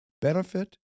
benefit